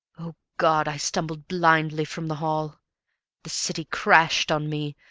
o god! i stumbled blindly from the hall the city crashed on me,